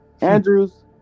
Andrews